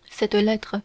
comte cette lettre